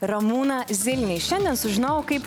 ramūną zilnį šiandien sužinojau kaip